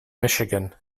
michigan